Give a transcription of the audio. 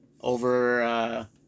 over